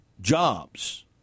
jobs